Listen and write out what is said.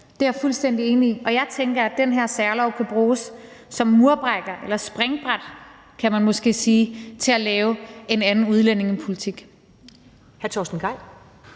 det er jeg fuldstændig enig i. Og jeg tænker, at den her særlov kan bruges som en murbrækker eller som et springbræt, kan man måske sige, til at lave en anden udlændingepolitik.